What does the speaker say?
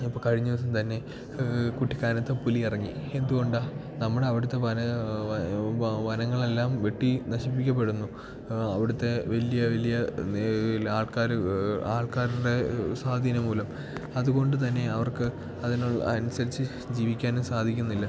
ഇപ്പം കഴിഞ്ഞ ദിവസം തന്നെ കുട്ടിക്കാനത്ത് പുലി ഇറങ്ങി എന്ത്കൊണ്ടാ നമ്മൾ അവിടുത്തെ വന വനങ്ങൾ എല്ലാം വെട്ടി നശിപ്പിക്കപ്പെടുന്നു അവിടുത്തെ വലിയ വലിയ നെ ആൾക്കാർ ആൾക്കാരുടെ സ്വാധീനം മൂലം അത്കൊണ്ട് തന്നെ അവർക്ക് അതിനനുസരിച്ച് ജീവിക്കാനും സാധിക്കുന്നില്ല